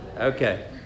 Okay